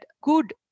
good